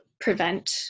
prevent